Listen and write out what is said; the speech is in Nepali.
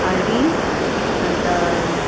आइरिन अन्त